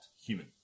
Human